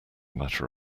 matter